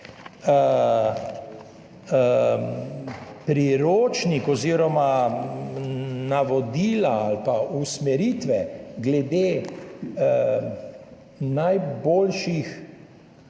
priročnik oziroma navodila ali usmeritve glede najboljših